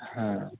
ہاں